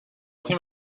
him